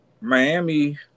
Miami